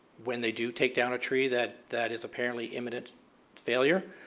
when they do take down a tree that that is apparently imminent failure.